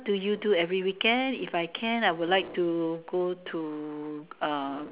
do you do every weekend if I can I would like to go to uh